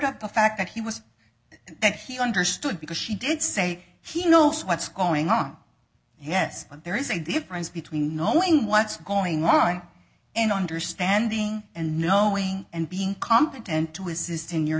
of the fact that he was that he understood because she did say he knows what's going on yes there is a difference between knowing what's going on and understanding and knowing and being competent to assist in your